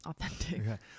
authentic